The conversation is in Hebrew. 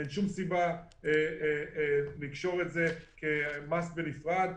אין שום סיבה לקשור את זה כמס בנפרד,